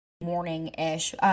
morning-ish